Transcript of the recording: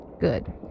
Good